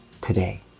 today